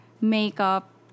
makeup